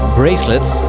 bracelets